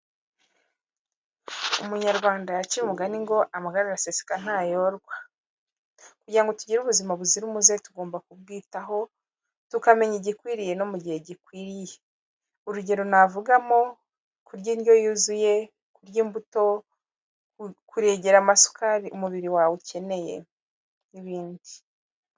Umunyarwanda yaciye umugani ngo: "Amagara araseseka ntayorwa". Kugira ngo tugire ubuzima buzira umuze tugomba kubwitaho, tukamenya igikwiriye no mu gihe gikwiriye. Urugero navugamo, kurya indyo yuzuye, kurya imbuto, kuregera amasukari umubiri wawe ukeneye n'ibindi.